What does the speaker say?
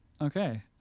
Okay